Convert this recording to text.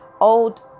old